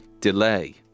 delay